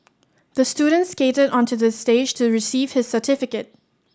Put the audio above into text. the student skated onto the stage to receive his certificate